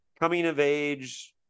coming-of-age